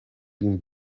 been